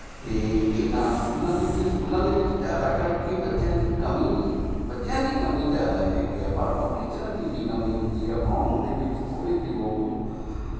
ਅਤੇ ਇਹਨਾਂ ਸਕੂਲਾਂ ਦੇ ਸਕੂਲਾਂ ਦੇ ਵਿੱਚ ਜ਼ਿਆਦਾ ਕਰਕੇ ਬੱਚਿਆਂ ਦੀ ਕਮੀ ਬੱਚਿਆਂ ਦੀ ਕਮੀ ਜ਼ਿਆਦਾ ਹੈਗੀ ਆ ਪਰ ਕੋਈ ਟੀਚਰਾਂ ਦੀ ਵੀ ਕਮੀ ਹੁੰਦੀ ਆ ਪੜ੍ਹਾਉਣ ਦੇ ਵਿੱਚ ਥੋੜ੍ਹੇ ਜਿਹੇ ਉਹ